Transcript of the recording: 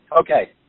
okay